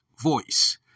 voice